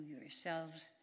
yourselves